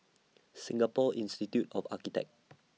Singapore Institute of Architects